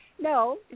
no